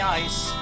ice